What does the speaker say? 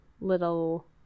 little